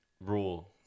rule